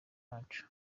bacu